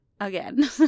again